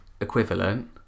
equivalent